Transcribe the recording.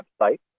website